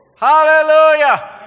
Hallelujah